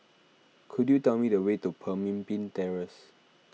could you tell me the way to Pemimpin Terrace